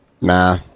nah